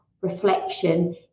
reflection